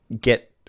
get